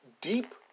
deep